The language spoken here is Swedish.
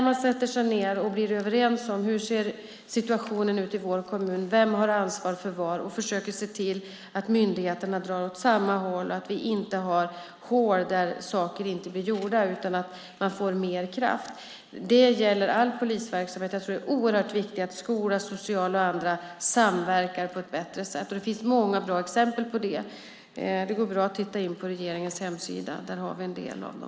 Man sätter sig ned och blir överens om hur situationen ser ut i kommunen, vem som har ansvar för vad, och försöker se till att myndigheterna drar åt samma håll så att vi inte har hål där saker inte blir gjorda utan att man får mer kraft. Det gäller all polisverksamhet. Jag tror att det är oerhört viktigt att skola, socialen och andra samverkar på ett bättre sätt. Det finns många bra exempel på det. Det går bra att titta in på regeringens hemsida. Där har vi en del av dem.